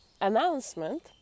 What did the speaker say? announcement